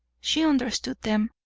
she understood them,